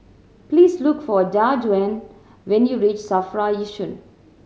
please look for Jajuan when you reach SAFRA Yishun